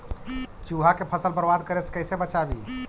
चुहा के फसल बर्बाद करे से कैसे बचाबी?